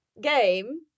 game